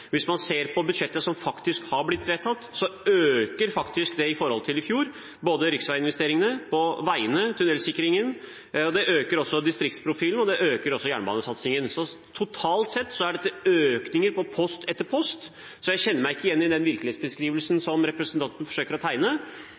i forhold til i fjor, både riksveiinvesteringene på veiene og tunnelsikringen. Det øker også distriktsprofilen, og det øker jernbanesatsingen. Totalt sett er dette økninger på post etter post, så jeg kjenner meg ikke igjen i den virkelighetsbeskrivelsen representanten forsøker å